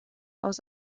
aus